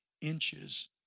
inches